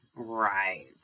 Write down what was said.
Right